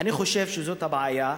אני חושב שזו הבעיה.